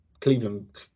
Cleveland